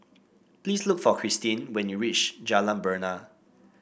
please look for Krystin when you reach Jalan Bena